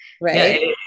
Right